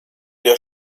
der